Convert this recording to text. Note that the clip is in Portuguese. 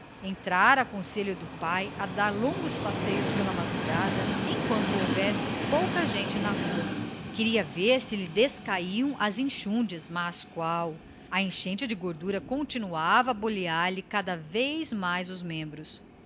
entrara por conselho do pai a dar longos passeios de madrugada enquanto houvesse pouca gente na rua para ver se lhe descaíam as enxúndias mas qual a enchente de gordura continuava bolear lhe cada vez mais os membros